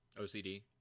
OCD